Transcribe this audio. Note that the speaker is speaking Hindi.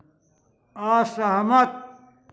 असहमत